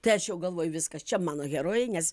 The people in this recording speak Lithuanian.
tai aš jau galvoju viskas čia mano herojai nes